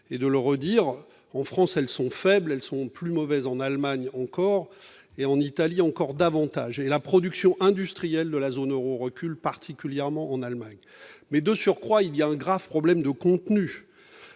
et de le redire, en France, elles sont faibles, elles sont plus mauvais en Allemagne encore et en Italie encore davantage la production industrielle de la zone Euro recule, particulièrement en Allemagne, mais de surcroît il y a un grave problème de contenu,